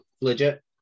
Legit